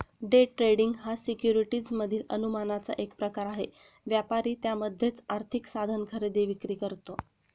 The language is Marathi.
डे ट्रेडिंग हा सिक्युरिटीज मधील अनुमानाचा एक प्रकार आहे, व्यापारी त्यामध्येच आर्थिक साधन खरेदी विक्री करतो